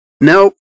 nope